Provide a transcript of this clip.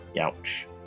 Ouch